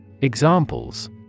Examples